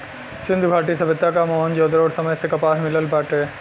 सिंधु घाटी सभ्यता क मोहन जोदड़ो समय से कपास मिलल बाटे